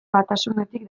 batasunetik